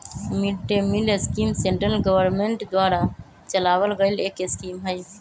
mid day meal scheme central government द्वारा चलावल गईल एक स्कीम हई